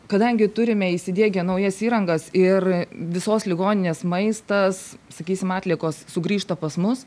kadangi turime įsidiegę naujas įrangas ir visos ligoninės maistas sakysim atliekos sugrįžta pas mus